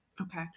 Okay